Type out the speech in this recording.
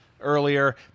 earlier